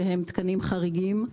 שהם תקנים חריגים.